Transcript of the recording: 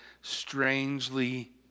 strangely